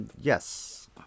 yes